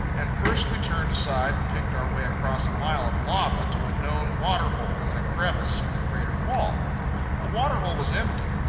and first we turned aside and picked our way across a mile of lava to a known water-hole in a crevice in the crater-wall. the water-hole was empty.